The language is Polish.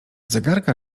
zegarka